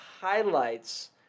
highlights